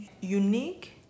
unique